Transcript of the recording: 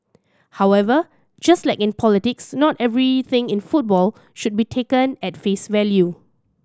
however just like in politics not everything in football should be taken at face value